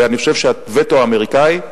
ואני חושב שהווטו האמריקני,